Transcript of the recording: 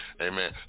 Amen